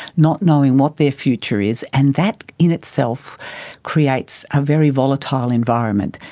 not knowing what their future is and that in itself creates a very volatile environment.